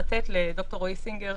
לתת לד"ר רועי סינגר,